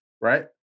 Right